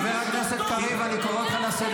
---- חבר הכנסת קריב, אני קורא אותך לסדר